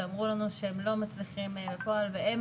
שאמרו לנו שהם לא מצליחים בפועל והם